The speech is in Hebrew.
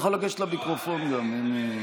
למיקרופון גם.